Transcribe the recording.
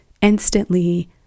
instantly